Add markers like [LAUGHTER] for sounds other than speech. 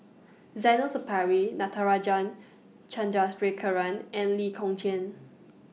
Zainal Sapari Natarajan [UNINTELLIGIBLE] and Lee Kong Chian